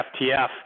FTF